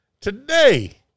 Today